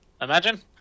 Imagine